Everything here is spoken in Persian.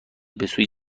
بسوی